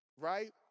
right